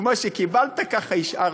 כמו שקיבלת ככה השארת.